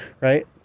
right